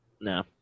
No